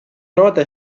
nota